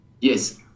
yes